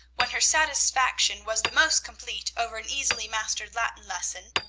when her satisfaction was the most complete over an easily mastered latin lesson,